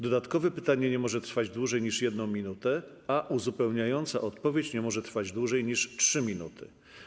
Dodatkowe pytanie nie może trwać dłużej niż 1 minutę, a uzupełniająca odpowiedź nie może trwać dłużej niż 3 minuty.